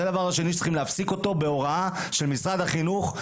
זה הדבר השני שצריכים להפסיק אותו בהוראת משרד החינוך,